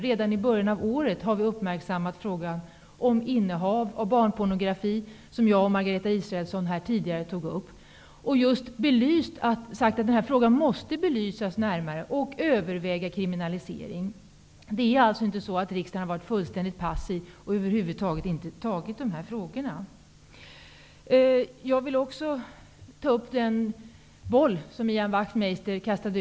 Redan i början av året uppmärksammade vi frågan om innehav av barnpornografi, något som jag och Margareta Israelsson här tidigare tog upp. Vi har sagt att den här frågan måste belysas närmare i samband med en övervägning om kriminalisering. Riksdagen har alltså inte varit fullständigt passiv och över huvud taget inte tagit upp dessa frågor. Jag vill också ta upp den boll som Ian Wachtmeister kastade.